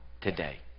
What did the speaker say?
today